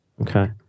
Okay